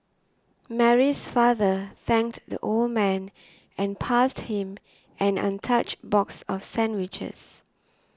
Mary's father thanked the old man and passed him an untouched box of sandwiches